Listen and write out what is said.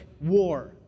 war